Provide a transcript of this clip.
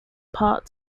part